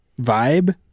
vibe